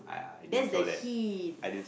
that's the hint